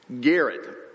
Garrett